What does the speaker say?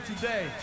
today